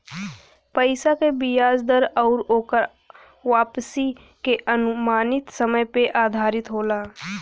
पइसा क बियाज दर आउर ओकर वापसी के अनुमानित समय पे आधारित होला